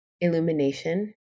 illumination